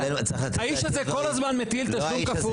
האיש הזה כל הזמן מטיל תשלום כפול.